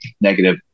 negative